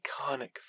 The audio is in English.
iconic